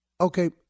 okay